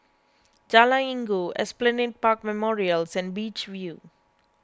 Jalan Inggu Esplanade Park Memorials and Beach View